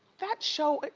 that show.